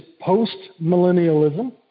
post-millennialism